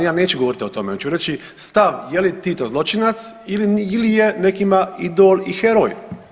Ja neću govoriti o tome, hoću reći stav je li Tito zločinac ili je nekima idol i heroj.